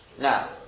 Now